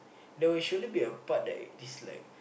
there will surely be a part that is like